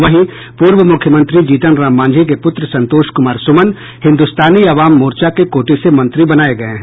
वहीं पूर्व मुख्यमंत्री जीतन राम मांझी के पुत्र संतोष कुमार सुमन हिन्दुस्तानी अवाम मोर्चा के कोटे से मंत्री बनाये गये हैं